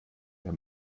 der